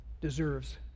deserves